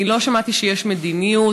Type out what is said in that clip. אני לא שמעתי שיש מדיניות.